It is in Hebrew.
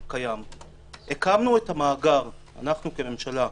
הקמנו את המאגר אנחנו כממשלה,